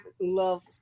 love